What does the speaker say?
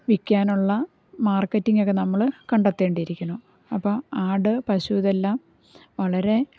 വിൽക്കാനുള്ള മാർക്കറ്റിങ്ങൊക്കെ നമ്മൾ കണ്ടത്തേണ്ടിയിരിക്കുന്നു അപ്പം ആട് പശു ഇതെല്ലാം വളരെ